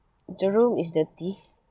the room is dirty